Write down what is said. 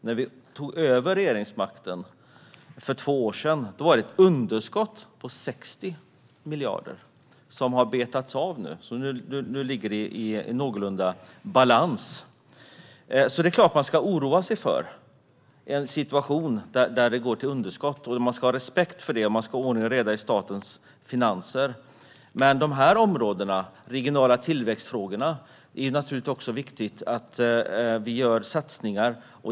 När vi tog över regeringsmakten igen för två år sedan var det ett underskott på 60 miljarder. Det har betats av. Budgeten är nu i någorlunda balans. Det är klart att man ska oroa sig för att det kan leda till underskott. Man ska ha respekt för det, och man ska ha ordning och reda i statens finanser. Men inom det här området, de regionala tillväxtfrågorna, är det viktigt att vi gör satsningar.